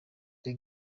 the